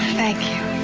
thank you.